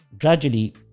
gradually